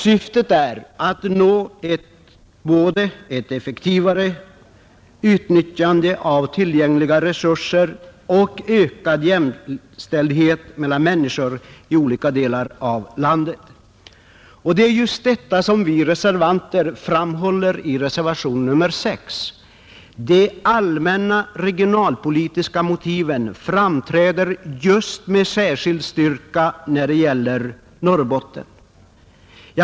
Syftet är att nå både ett effektivare utnyttjande av tillgängliga resurser och ökad jämställdhet mellan människor i olika delar av landet.” Det är just detta som vi reservanter framhåller i reservationen 6, där vi säger att de allmänna regionalpolitiska motiven framträder med särskild styrka när det gäller Norrbotten.